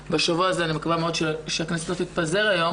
שבשבוע הזה אני מקווה מאוד שהכנסת לא תתפזר היום